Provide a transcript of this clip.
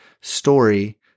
story